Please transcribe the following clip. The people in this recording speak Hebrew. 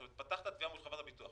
פתחת תביעה מול חברת הביטוח,